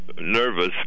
nervous